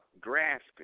grasping